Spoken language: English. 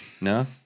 No